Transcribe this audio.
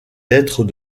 lettres